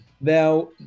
Now